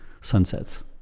sunsets